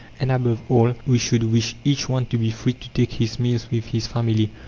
and, above all, we should wish each one to be free to take his meals with his family,